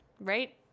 right